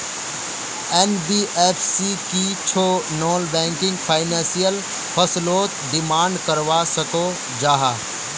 NBFC की छौ non banking financial फसलोत डिमांड करवा सकोहो जाहा?